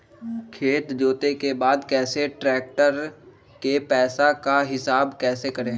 खेत जोते के बाद कैसे ट्रैक्टर के पैसा का हिसाब कैसे करें?